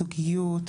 זוגיות,